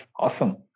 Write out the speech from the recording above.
Awesome